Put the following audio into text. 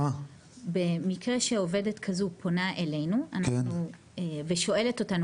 במקרה שעובדת כזו פונה אלינו ושואלת אותנו